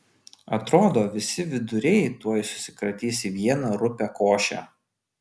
atrodo visi viduriai tuoj susikratys į vieną rupią košę